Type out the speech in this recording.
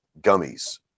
gummies